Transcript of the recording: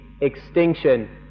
extinction